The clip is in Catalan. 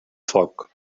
foc